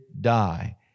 die